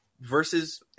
versus